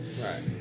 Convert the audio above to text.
Right